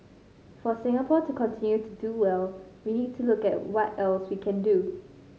for Singapore to continue to do well we need to look at what else we can do